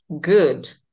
good